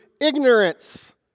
ignorance